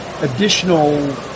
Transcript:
additional